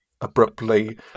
abruptly